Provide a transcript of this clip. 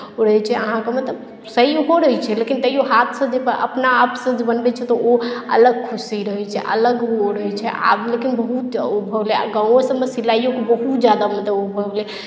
ओ रहैत छै अहाँके मतलब सही ओहो रहैत छै लेकिन तैयो हाथसँ जे अपना आपसँ जे बनबैत छै तऽ ओ अलग खुशी रहैत छै अलग ओ रहैत छै आब लेकिन बहुत ओ भऽ गेलै गामोसभ सिलाइयोके बहुत ज्यादा मतलब ओ भऽ गेलै